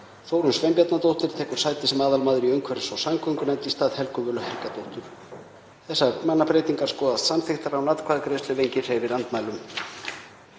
Þórunn Sveinbjarnardóttir tekur sæti sem aðalmaður í umhverfis- og samgöngunefnd í stað Helgu Völu Helgadóttur. Þessar mannabreytingar skoðast samþykktar án atkvæðagreiðslu ef enginn hreyfir andmælum.